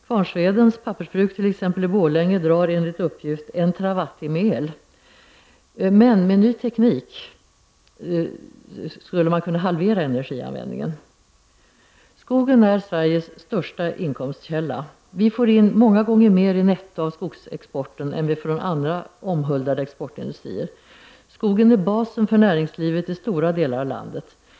Kvarnsvedens Pappersbruk i Borlänge t.ex. drar enligt uppgift 1 TWh el. Men med ny teknik skulle man kunna halvera energianvändningen. Skogen är Sveriges största inkomstkälla. Vi får in många gånger mer netto från skogsexporten än från andra omhuldade exportindustrier. Skogen är basen för näringslivet i stora delar av landet.